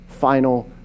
final